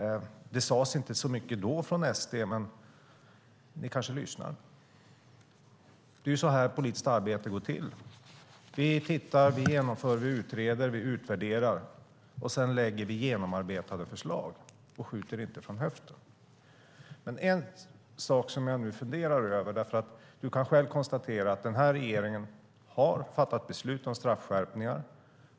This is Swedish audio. Det sades inte så mycket från SD då, men ni kanske lyssnar. Det är så här politiskt arbete går till. Vi tittar, vi genomför, vi utreder och vi utvärderar. Sedan lägger vi fram genomarbetade förslag. Vi skjuter inte från höften. Du kan själv konstatera att den här regeringen har fattat beslut om straffskärpningar.